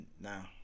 now